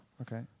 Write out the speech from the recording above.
okay